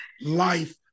life